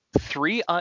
three